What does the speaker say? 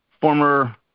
former